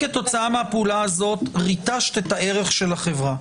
כתוצאה מהפעולה הזאת ריטשת את הערך של החברה.